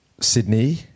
Sydney